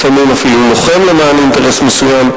לפעמים אפילו לוחם למען אינטרס מסוים,